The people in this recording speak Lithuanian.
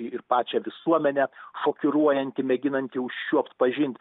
ir pačią visuomenę šokiruojanti mėginanti užčiuopt pažint